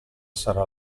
sarà